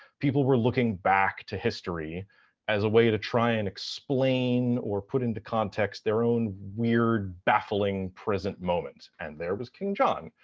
people were looking back to history as a way to try and explain or put into context their own weird baffling present moment, and there was king john,